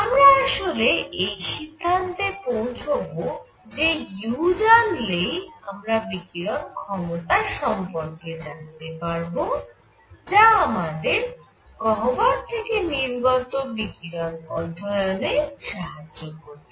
আমরা আসলে এই সিদ্ধান্তে পৌঁছব যে u জানলেই আমরা বিকিরণ ক্ষমতার সম্পর্কে জানতে পারব যা আমাদের গহ্বর থেকে নির্গত বিকিরণ অধ্যয়নে সাহায্য করবে